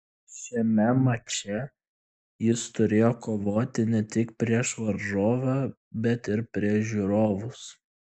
šiame mače jis turėjo kovoti ne tik prieš varžovą bet ir prieš žiūrovus